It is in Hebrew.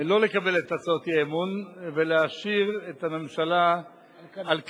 לא לקבל את הצעות האי-אמון ולהשאיר את הממשלה על כנה.